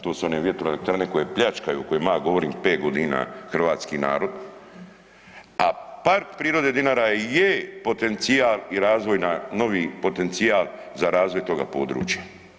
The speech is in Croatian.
To su one vjetroelektrane koje pljačkaju o kojima ja govorim 5 godina hrvatski narod, a Park prirode Dinara je potencijal i razvoj na novi potencijal za razvoj toga područja.